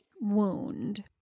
wound